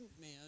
man